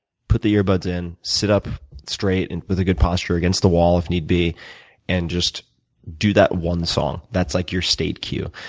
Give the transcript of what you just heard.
put the earbuds in, sit up straight and with a good posture against the wall if need be and just do that one song. that's like your state queue.